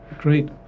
Great